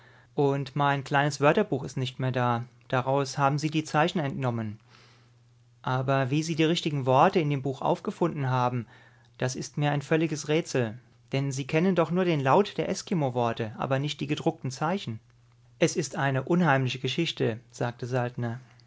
und mein kleines wörterbuch ist nicht mehr da daraus haben sie die zeichen entnommen aber wie sie die richtigen worte in dem buch aufgefunden haben das ist mir ein völliges rätsel denn sie kennen doch nur den laut der eskimoworte aber nicht die gedruckten zeichen es ist eine unheimliche geschichte sagte